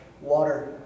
water